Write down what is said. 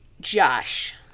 Josh